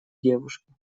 девушки